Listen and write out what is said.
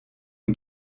une